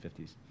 50s